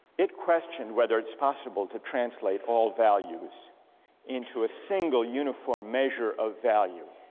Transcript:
it questioned whether it's possible to translate all values into a single uniform measure of value